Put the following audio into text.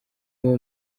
uwo